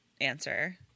answer